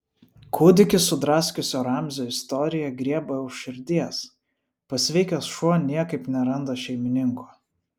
kūdikį sudraskiusio ramzio istorija griebia už širdies pasveikęs šuo niekaip neranda šeimininkų